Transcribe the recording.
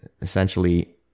essentially